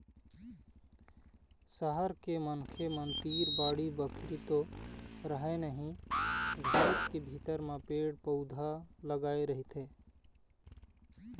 सहर के मनखे मन तीर बाड़ी बखरी तो रहय नहिं घरेच के भीतर म पेड़ पउधा लगाय रहिथे